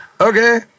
Okay